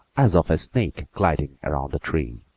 as of a snake gliding around the tree.